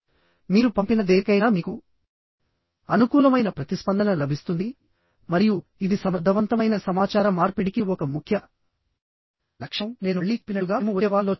మీరు పంపిన దేనికైనా మీకు అనుకూలమైన ప్రతిస్పందన లభిస్తుంది మరియు ఇది సమర్థవంతమైన సమాచార మార్పిడికి ఒక ముఖ్య లక్షణం నేను మళ్ళీ చెప్పినట్లుగా మేము వచ్చే వారంలో చర్చిస్తాము